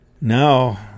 now